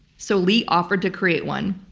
so, lee offered to create one.